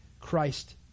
Christ